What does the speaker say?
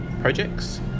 projects